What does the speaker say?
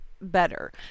better